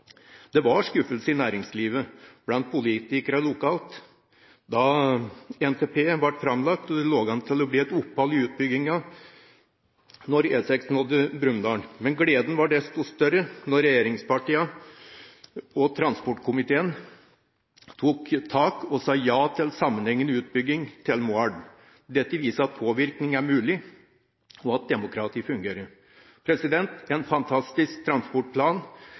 Det var skuffelse i næringslivet og blant politikere lokalt da NTP ble framlagt og det lå an til å bli et opphold i utbygginga da E6 nådde Brumunddal. Men gleden var desto større da regjeringspartiene og transportkomiteen tok tak og sa ja til sammenhengende utbygging til Moelv. Dette viser at påvirkning er mulig, og at demokratiet fungerer. En fantastisk transportplan